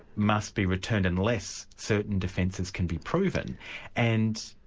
must be returned unless certain defences can be proven and,